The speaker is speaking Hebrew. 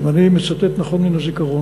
אם אני מצטט נכון מהזיכרון,